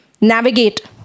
navigate